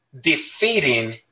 defeating